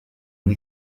une